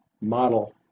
model